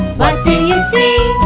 what do you see?